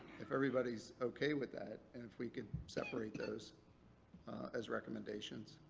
if everybody's okay with that and if we could separate those as recommendations.